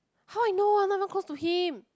how I know I'm not even close to him